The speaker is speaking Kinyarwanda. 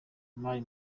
imari